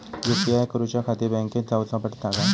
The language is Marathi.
यू.पी.आय करूच्याखाती बँकेत जाऊचा पडता काय?